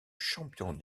champion